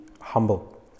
humble